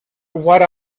what